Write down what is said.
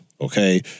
okay